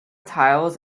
tiles